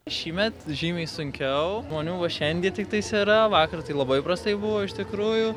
šįmet žymiai sunkiau žmonių va šiandien tiktais yra vakar tai labai prastai buvo iš tikrųjų